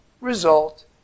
result